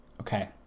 Okay